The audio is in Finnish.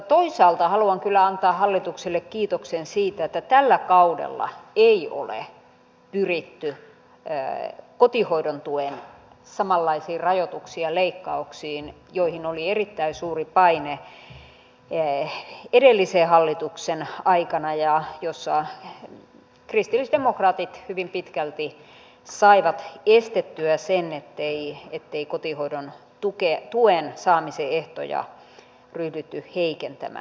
toisaalta haluan kyllä antaa hallitukselle kiitoksen siitä että tällä kaudella ei ole pyritty samanlaisiin kotihoidon tuen rajoituksiin ja leikkauksiin joihin oli erittäin suuri paine edellisen hallituksen aikana jolloin kristillisdemokraatit hyvin pitkälti saivat estettyä sen ettei kotihoidon tuen saamisen ehtoja ryhdytty heikentämään